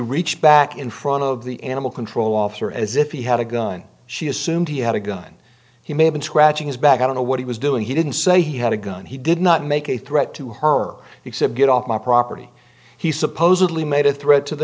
reached back in front of the animal control officer as if he had a gun she assumed he had a gun he may have been scratching his back i don't know what he was doing he didn't say he had a gun he did not make a threat to her except get off my property he supposedly made a threat to the